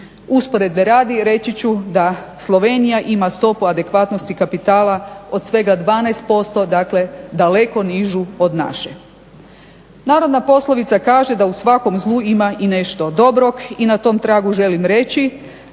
Usporedbe radi reći ću da Slovenija ima stopu adekvatnosti kapitala od svega 12% dakle daleko nižu od naše. Narodna poslovica kaže da u svakom zlu ima i nešto dobrog i na tom tragu želim reći